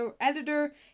editor